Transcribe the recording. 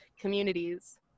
communities